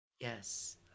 Yes